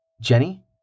Jenny